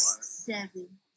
seven